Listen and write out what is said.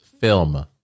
Film